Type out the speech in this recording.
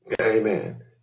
Amen